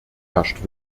herrscht